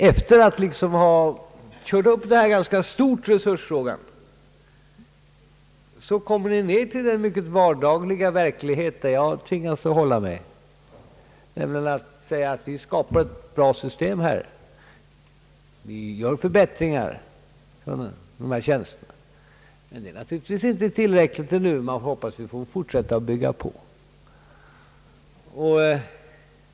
Efter att ha tagit upp resursfrågan ganska stort kommer ni därför ned till den mycket vardagliga verklighet där jag tvingas hålla mig. Man måste säga: Vi skapar ett bra system, vi gör förbättringar, men det är naturligtvis inte tillräckligt, och vi hoppas kunna fortsätta att bygga på.